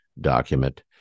document